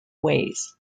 ways